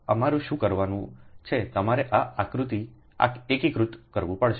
તેથી અમારે શું કરવાનું છે તમારે આ એકીકૃત કરવું પડશે